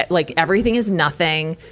like everything is nothing,